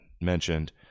mentioned